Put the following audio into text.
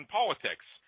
politics